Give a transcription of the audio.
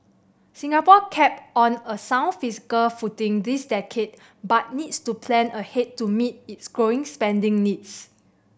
Singapore kept on a sound fiscal footing this decade but needs to plan ahead to meet its growing spending needs